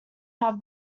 have